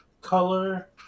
color